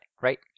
right